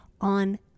On